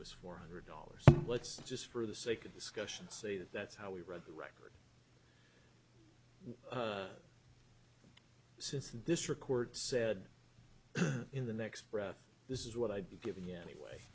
was four hundred dollars let's just for the sake of discussion say that that's how we read the record since this record said in the next breath this is what i'd be giving